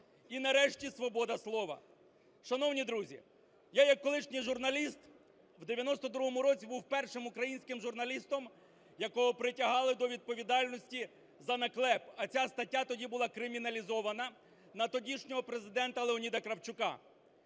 І нарешті свобода слова. Шановні друзі, я, як колишній журналіст, в 1992 році був першим українським журналістом, якого притягали до відповідальності за наклеп, а ця стаття тоді була криміналізована на тодішнього Президента Леоніда Кравчука.